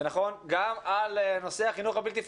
זה נכון גם על נושא החינוך הבלתי פורמלי.